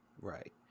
Right